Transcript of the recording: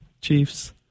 Chiefs